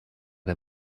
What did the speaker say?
der